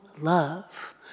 love